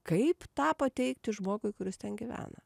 kaip tą pateikti žmogui kuris ten gyvena